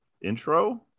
intro